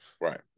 right